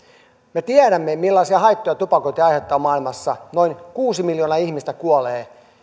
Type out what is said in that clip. me tiedämme millaisia haittoja tupakointi aiheuttaa maailmassa noin kuusi miljoonaa ihmistä kuolee